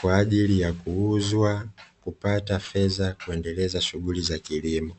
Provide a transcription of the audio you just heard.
kwa ajili ya kuuzwa, kupata fedha kuendeleza shughuli za kilimo.